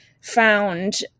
found